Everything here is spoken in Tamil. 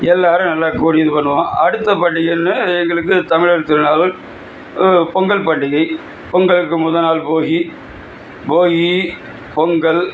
எல்லோரும் நல்லா கூடி இது பண்ணுவோம் அடுத்த பண்டிகள்னு எங்களுக்கு தமிழர் திருநாள்கள் பொங்கல் பண்டிகை பொங்கலுக்கு முதல் நாள் போகி போகி பொங்கல்